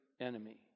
enemy